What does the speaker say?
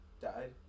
died